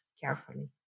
carefully